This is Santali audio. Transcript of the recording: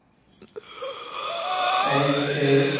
eight eight